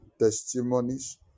testimonies